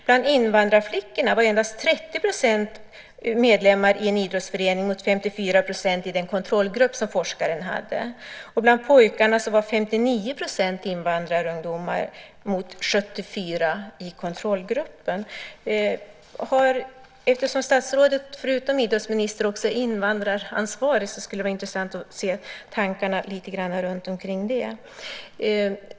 Bland invandrarflickorna var endast 30 % medlemmar i en idrottsförening mot 54 % i den kontrollgrupp som forskaren hade. Bland pojkarna var 59 % av invandrarungdomarna medlemmar mot 74 % i kontrollgruppen. Eftersom statsrådet förutom att vara idrottsminister är invandraransvarig skulle det vara intressant att se tankarna om detta.